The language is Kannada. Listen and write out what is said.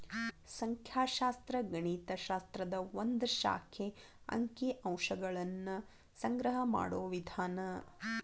ಸಂಖ್ಯಾಶಾಸ್ತ್ರ ಗಣಿತ ಶಾಸ್ತ್ರದ ಒಂದ್ ಶಾಖೆ ಅಂಕಿ ಅಂಶಗಳನ್ನ ಸಂಗ್ರಹ ಮಾಡೋ ವಿಧಾನ